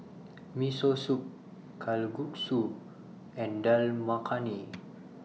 Miso Soup Kalguksu and Dal Makhani